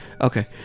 Okay